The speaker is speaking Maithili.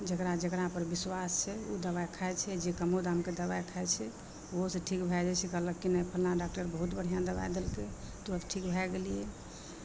जेकरा जेकरापर बिश्बास छै दबाइ खाइ छै जे कमो दामके दबाइ खाइ छै ओहोसे ठीक भए जाइ छै कहलक की जे फल्लाँ डाक्टर बहुत बढ़िऑं दबाइ देलकै तुरत ठीक भाए गेलियै